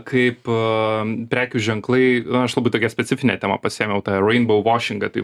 kaip a prekių ženklai na aš labai tokia specifinę temą pasiėmiau tą reinbau vašingą taip